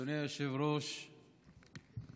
אדוני היושב-ראש,